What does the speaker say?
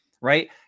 Right